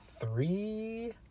three